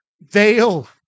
veil